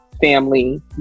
family